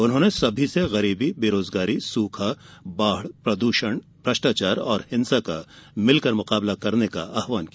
उन्होंने सभी से गरीबी बेरोजगारी सूखा बाढ़ प्रदूषण भ्रष्टाचार और हिंसा का मिलकर मुकाबला करने का आहवान किया